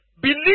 Believe